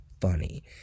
funny